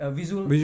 visual